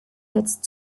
jetzt